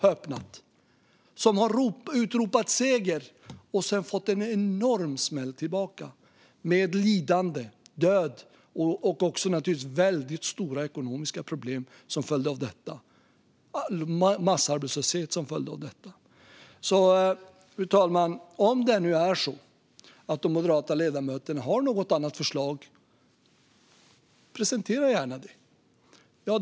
De har utropat: Seger! Sedan har de fått en enorm smäll tillbaka, med lidande, död och naturligtvis stora ekonomiska problem och massarbetslöshet som följd. Fru talman! Om de moderata ledamöterna har något annat förslag får de gärna presentera det.